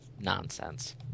nonsense